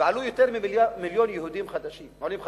ועלו יותר ממיליון עולים חדשים.